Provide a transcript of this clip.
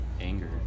anger